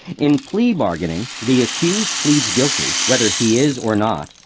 in plea bargaining, the accused pleads guilty, whether he is or not,